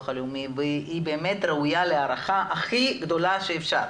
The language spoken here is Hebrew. הלאומי והיא באמת ראויה להערכה הכי גדולה שאפשר.